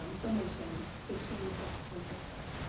um the motion to change that principle,